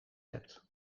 hebt